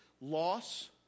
Loss